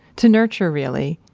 to nurture really,